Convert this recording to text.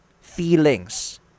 feelings